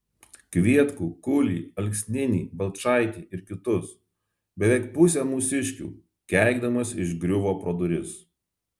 kvietkų kulį alksninį balčaitį ir kitus beveik pusę mūsiškių keikdamas išgriuvo pro duris